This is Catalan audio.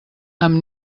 amb